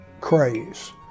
craze